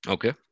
Okay